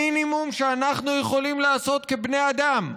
המינימום שאנחנו יכולים לעשות כבני אדם,